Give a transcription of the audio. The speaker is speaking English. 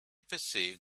perceived